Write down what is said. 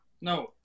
No